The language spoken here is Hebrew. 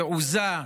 תעוזה,